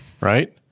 right